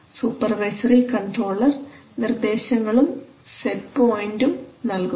supervisory controller നിർദ്ദേശങ്ങളും set പോയിന്റും നൽകുന്നു